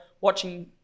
watching